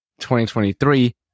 2023